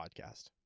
podcast